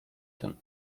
tym